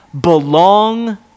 belong